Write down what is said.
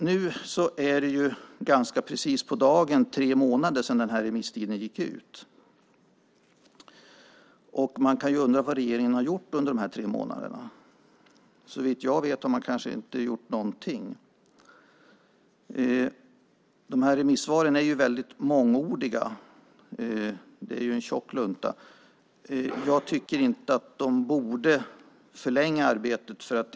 Nu är det ganska precis på dagen tre månader sedan remisstiden gick ut, och man kan undra vad regeringen har gjort under de här tre månaderna. Såvitt jag vet har man kanske inte gjort någonting. Remissvaren är väldigt mångordiga - det är en tjock lunta. Jag tycker inte att de borde förlänga arbetet.